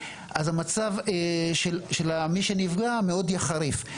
אז המצב של מי שנפגע מאוד יחריף.